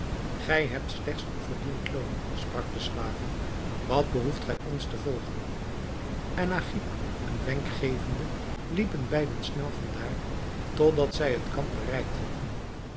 gij hebt slechts uw verdiend loon sprak de slaaf wat behoeft gij ons te volgen en agib een wenk gevende liepen beide snel van daar tot dat zij het kamp bereikt hadden